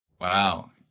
Wow